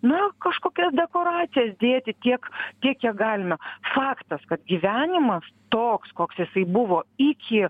na kažkokias dekoracijas dėti tiek tiek kiek galime faktas kad gyvenimas toks koks jisai buvo iki